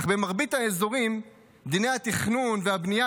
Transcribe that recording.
אך במרבית האזורים דיני התכנון והבנייה